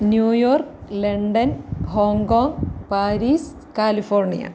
new York London Hong Kong Paris California